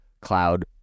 Cloud